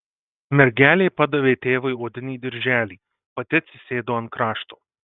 mergelė padavė tėvui odinį dirželį pati atsisėdo ant krašto